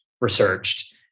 researched